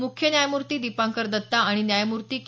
मुख्य न्यायमूर्ती दीपांकर दत्ता आणि न्यायमूर्ती के